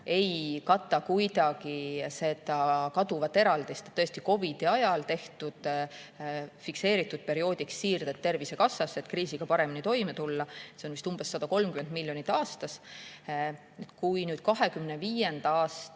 ei kata kuidagi seda kaduvat eraldist, sest tõesti COVID-i ajal tehtud fikseeritud perioodiks siirded Tervisekassasse, et kriisiga paremini toime tulla, on vist umbes 130 miljonit aastas. Kui 2025. aasta